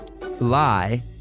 lie